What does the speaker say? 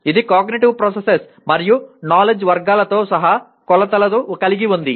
ఇది cognitive processes మరియు knowledge వర్గాలతో సహా కొలతలు కలిగి ఉంది